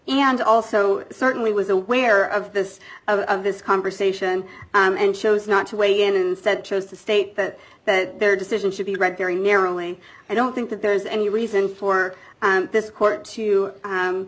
and also certainly was aware of this of this conversation and chose not to weigh in and said chose to state that that their decision should be read very narrowly i don't think that there's any reason for this court to